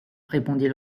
répondit